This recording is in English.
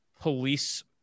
police